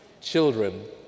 Children